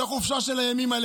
לחופשה של הימים האלה.